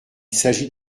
s’agit